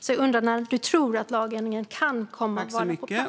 När tror ministern att lagändringen kommer på plats?